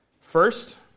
First